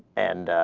and